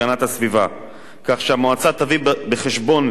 כך שהמועצה תביא בחשבון, כחלק משיקוליה,